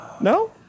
No